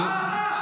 מה רע?